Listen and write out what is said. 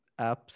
apps